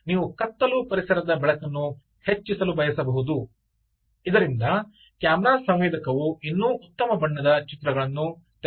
ನೀವು ಕತ್ತಲು ಪರಿಸರದ ಬೆಳಕನ್ನು ಹೆಚ್ಚಿಸಲು ಬಯಸಬಹುದು ಇದರಿಂದ ಕ್ಯಾಮೆರಾ ಸಂವೇದಕವು ಇನ್ನೂ ಉತ್ತಮ ಬಣ್ಣದ ಚಿತ್ರಗಳನ್ನು ತೆಗೆದುಕೊಳ್ಳಲು ಸಾಧ್ಯವಾಗುತ್ತದೆ